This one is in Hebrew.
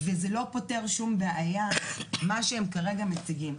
וזה לא פותר שום בעיה, מה שהם כרגע מציגים.